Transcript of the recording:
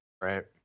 Right